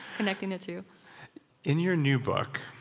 connecting the two in your new book,